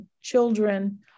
children